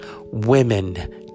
women